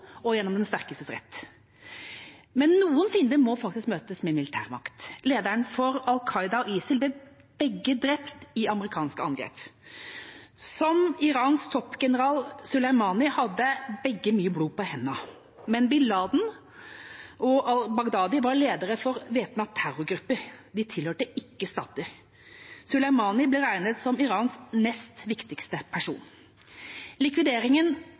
og gjennom den sterkestes rett. Men noen fiender må faktisk møtes med militærmakt. Lederne for Al Qaida og ISIL ble begge drept i amerikanske angrep. Som Irans toppgeneral Soleimani hadde begge mye blod på hendene, men bin Laden og al-Baghdadi var ledere for væpnede terrorgrupper, de tilhørte ikke stater. Soleimani ble regnet som Irans nest viktigste person. Likvideringen